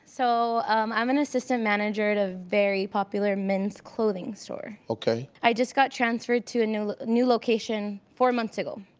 so i'm an assistant manager at a very popular men's clothing store. okay. i just got transferred to and a new location four months ago,